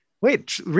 Wait